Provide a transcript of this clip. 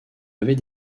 avait